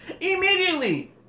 immediately